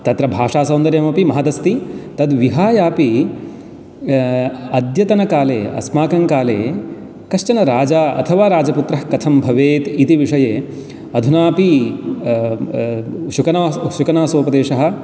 तत्र भाषासौन्दर्यमपि महदस्ति तद्विहायापि अद्यतनकाले अस्माकं काले कश्चन राजा अथवा राजपुत्रः कथं भवेत् इति विषये अधुनापि शुकनासोपदेशः